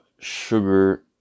sugar